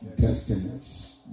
destinies